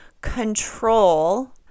control